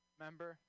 Remember